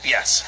Yes